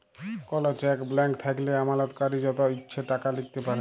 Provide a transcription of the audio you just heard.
call cheque blank থ্যাইকলে আমালতকারী যত ইছে টাকা লিখতে পারে